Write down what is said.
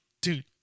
Dude